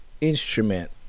instrument